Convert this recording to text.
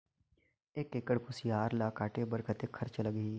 एक एकड़ कुसियार ल काटे बर कतेक खरचा लगही?